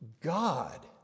god